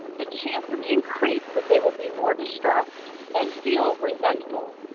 the chances increase that they will be more distressed and feel resentful.